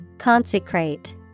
Consecrate